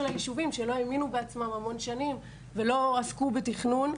הישובים שלא האמינו בעצמם המון שנים ולא עסקו בתכנון.